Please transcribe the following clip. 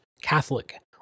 Catholic